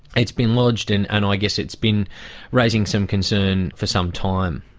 it's been lodged in and i guess it's been raising some concern for some time.